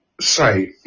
site